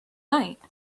night